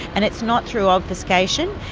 and it's not through obfuscation,